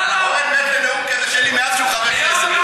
אורן מת לנאום כזה שלי מאז שהוא חבר כנסת.